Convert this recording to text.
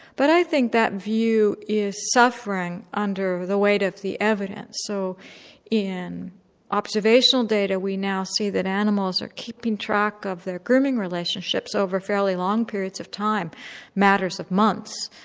but i think that view is suffering under the weight of the evidence. so in observational data we now see that animals are keeping track of their grooming relationships over fairly long periods of times matters of months.